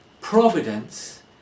providence